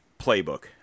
playbook